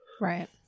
Right